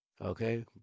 Okay